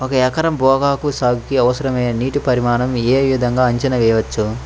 ఒక ఎకరం పొగాకు సాగుకి అవసరమైన నీటి పరిమాణం యే విధంగా అంచనా వేయవచ్చు?